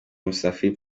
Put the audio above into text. musafili